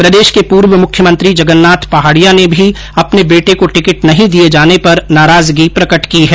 प्रदेश के पूर्व मुख्यमंत्री जगन्नाथ पहाडिया ने भी अपने बेटे को टिकट नहीं दिए जाने पर नाराजगी प्रकट की है